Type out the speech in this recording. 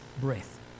breath